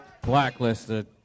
Blacklisted